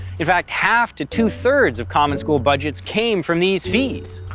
in fact, half to two-thirds of common school budgets came from these fees.